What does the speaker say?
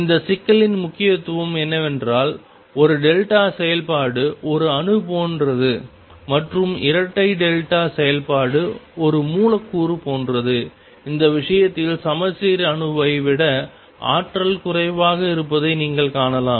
இந்த சிக்கலின் முக்கியத்துவம் என்னவென்றால் ஒரு டெல்டா செயல்பாடு ஒரு அணு போன்றது மற்றும் இரட்டை டெல்டா செயல்பாடு ஒரு மூலக்கூறு போன்றது இந்த விஷயத்தில் சமச்சீர் அணுவை விட ஆற்றல் குறைவாக இருப்பதை நீங்கள் காணலாம்